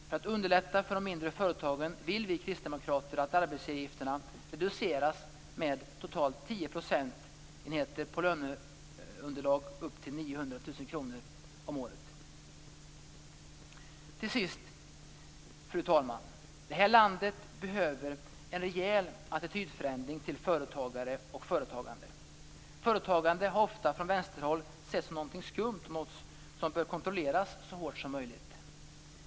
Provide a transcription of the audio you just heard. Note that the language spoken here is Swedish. För att underlätta för de mindre företagen vill vi kristdemokrater att arbetsgivaravgifterna reduceras med totalt tio procentenheter på löneunderlag upp till Till sist, fru talman! Det här landet behöver en rejäl attitydförändring vad gäller företagare och företagande. Företagande har ofta från vänsterhåll setts som någonting skumt som bör kontrolleras så hårt som möjligt.